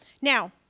Now